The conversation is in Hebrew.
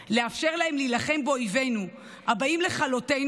לאפשר להם להילחם באויבינו הבאים לכלותנו,